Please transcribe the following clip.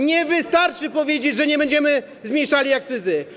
Nie wystarczy powiedzieć: nie będziemy zmniejszali akcyzy.